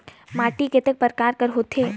माटी कतेक परकार कर होथे?